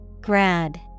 grad